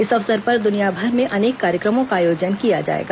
इस अवसर पर दुनियाभर में अनेक कार्यक्रमों का आयोजन किया जायेगा